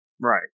Right